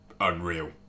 unreal